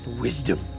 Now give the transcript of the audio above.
wisdom